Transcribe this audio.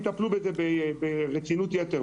יטפלו בזה ברצינות יתר.